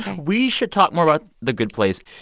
we should talk more about the good place.